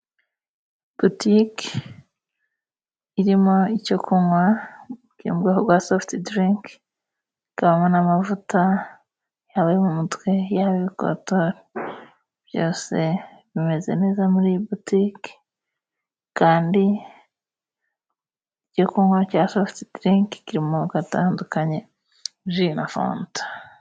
Butiki irimo icyo kunywa kiri mu bwoko bwa sofuti dirinki， ikabamo n’amavuta， yaba ayo mu mutwe yaba ibikotoro byose bimeze neza， muri botike kandi icyo kunywa cya Sofuti dirinki kiri mu moko atandukanye ji na fanta.